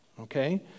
Okay